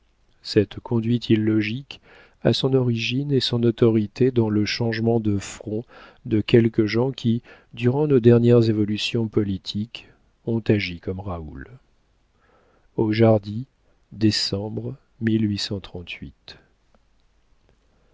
cette conduite illogique a son origine et son autorité dans le changement de front de quelques gens qui durant nos dernières évolutions politiques ont agi comme raoul aux jardies décembre